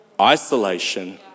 isolation